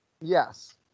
Yes